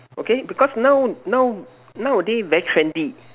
okay because now now nowadays very trendy